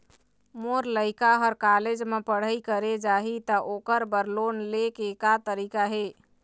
मोर लइका हर कॉलेज म पढ़ई करे जाही, त ओकर बर लोन ले के का तरीका हे?